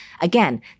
Again